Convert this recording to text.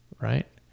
Right